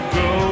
go